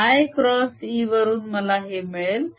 i cross E वरून मला हे मिळेल